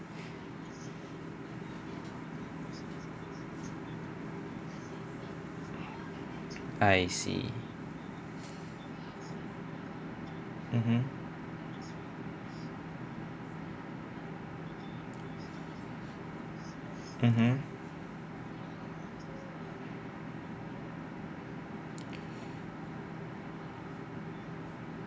I see mmhmm mmhmm